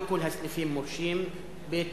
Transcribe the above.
לא כל הסניפים מורשים, ב.